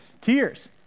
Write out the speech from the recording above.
Tears